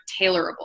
tailorable